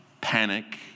panic